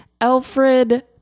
Alfred